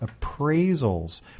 appraisals